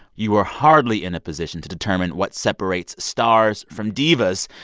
you are hardly in a position to determine what separates stars from divas,